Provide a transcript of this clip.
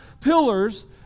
pillars